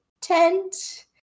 tent